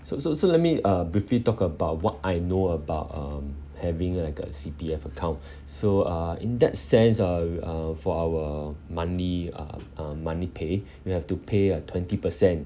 so so so let me uh briefly talk about what I know about um having like a C_P_F account so uh in that sense uh uh for our monthly uh um monthly pay we will have to pay a twenty percent